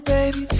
baby